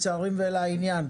קצרים ולעניין.